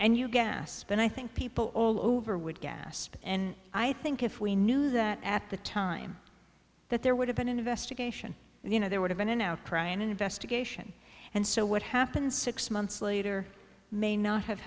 and you gasp and i think people all over would gasp and i think if we knew that at the time that there would have been an investigation and you know there would have been an outcry an investigation and so what happened six months later may not have